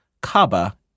Kaaba